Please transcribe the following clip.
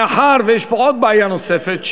מאחר שיש פה עוד בעיה נוספת,